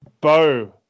Bo